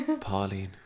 Pauline